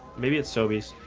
maybe it's so bees.